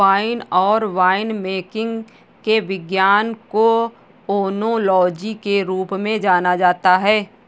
wine और winemaking के विज्ञान को ओनोलॉजी के रूप में जाना जाता है